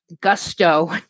gusto